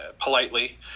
politely